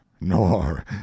nor